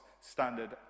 standard